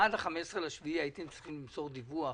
עד ה-15 ליולי הייתם צריכים למסור דיווח